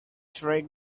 shriek